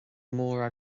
mór